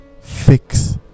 fix